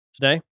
today